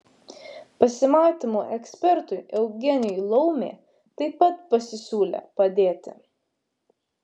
pasimatymų ekspertui eugenijui laumė taip pat pasisiūlė padėti